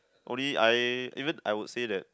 only I even I would say that